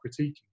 critiquing